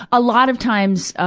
a lot of times, ah,